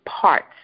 parts